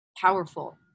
powerful